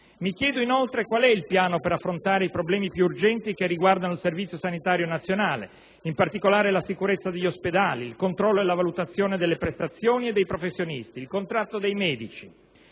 Mi chiedo, inoltre, quale sia il piano per affrontare ì problemi più urgenti che riguardano il Servizio sanitario nazionale, in particolare la sicurezza degli ospedali, il controllo e la valutazione delle prestazioni e dei professionisti, il contratto dei medici.